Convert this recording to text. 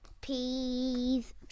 peas